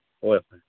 ꯍꯣꯏ